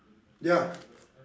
ya